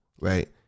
Right